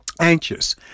Anxious